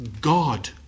God